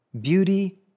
beauty